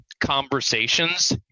conversations